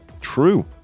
True